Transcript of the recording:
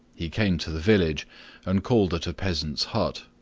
he came to the village and called at a peasant's hut,